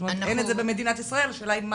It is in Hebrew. אין את זה במדינת ישראל השאלה היא מה